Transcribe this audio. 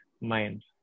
minds